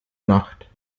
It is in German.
nacht